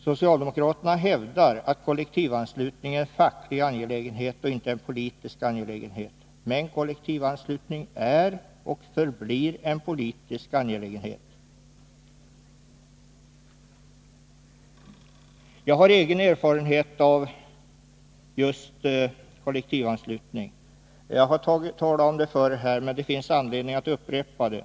Socialdemokraterna hävdar att kollektivanslutning är en facklig angelägenhet och inte en politisk — men kollektivanslutning är och förblir en politisk angelägenhet. Jag har egen erfarenhet av just kollektivanslutning. Jag har talat om detta förr, men det finns anledning att upprepa det.